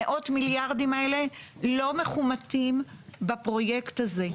המאות מיליארדים האלה לא מכומתים בפרויקט הזה.